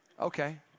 Okay